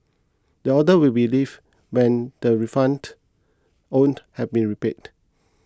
the order will be lifted when the refund owed have been repaid